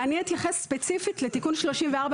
אתייחס ספציפית לתיקון 34,